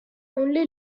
only